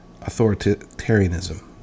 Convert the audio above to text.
authoritarianism